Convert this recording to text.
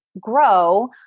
grow